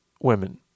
women